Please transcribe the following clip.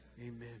Amen